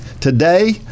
Today